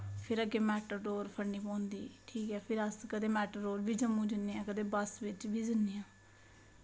फिर अग्गैं मैटाडोर फड़नी पौंदी ठीक ऐ फिर अस कदें मैटाडोर बी जम्मू जन्ने आं कदें बस बिच्च बी जन्ने आं